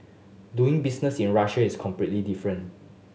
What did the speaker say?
doing business in Russia is completely different